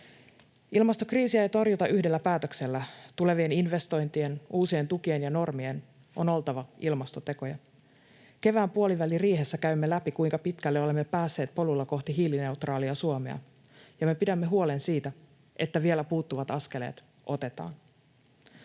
Ilmastokriisiä ei torjuta yhdellä päätöksellä. Tulevien investointien, uusien tukien ja normien on oltava ilmastotekoja. Kevään puoliväliriihessä käymme läpi, kuinka pitkälle olemme päässeet polulla kohti hiilineutraalia Suomea, ja me pidämme huolen siitä, että vielä puuttuvat askeleet otetaan.